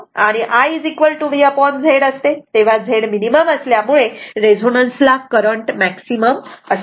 आणि I V Z असते तेव्हा Z मिनिमम असल्यामुळे रेझोनन्सला करंट मॅक्सिमम असते